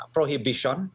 Prohibition